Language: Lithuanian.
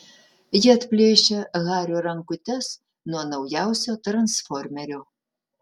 ji atplėšia hario rankutes nuo naujausio transformerio